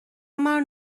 منو